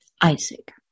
Isaac